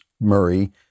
Murray